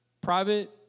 private